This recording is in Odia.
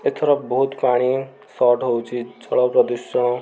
ଏଥର ବହୁତ ପାଣି ସଟ୍ ହେଉଛି ଜଳ ପ୍ରଦୂଷଣ